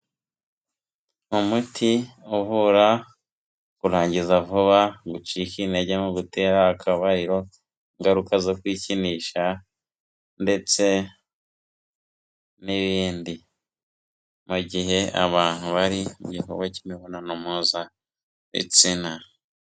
Ni muti uvura kurangiza vuba, gucika intege mu gutera akabariro, ingaruka zo kwikinisha ndetse n'ibindi. Mu gihe abantu bari mu gikorwa cy'imibonano mpuzabitsina.